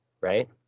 right